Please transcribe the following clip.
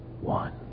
one